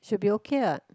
should be okay lah